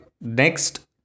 next